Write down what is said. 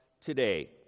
today